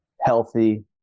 healthy